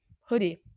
hoodie